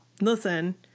listen